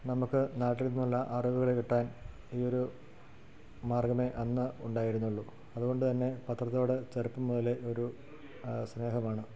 നമുക്ക് നാട്ടിൽ നിന്നുള്ള അറിവുകൾ കിട്ടാൻ ഈ ഒരു മാർഗ്ഗമേ അന്ന് ഉണ്ടായിരുന്നുള്ളൂ അതു കൊണ്ടു തന്നെ പത്രത്തോട് ചെറുപ്പം മുതലെ ഒരു സ്നേഹമാണ്